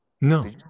No